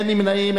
אין נמנעים,